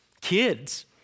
Kids